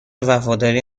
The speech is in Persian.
وفاداری